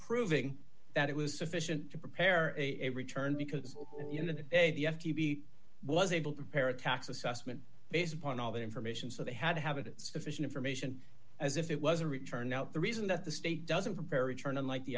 proving that it was sufficient to prepare a return because it was able to parrot tax assessment based upon all the information so they had to have it sufficient information as if it was a return no the reason that the state doesn't vary turn in like the